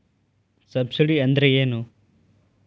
Subsidy ಅಂದ್ರೆ ಏನು?